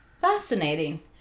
Fascinating